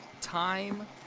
time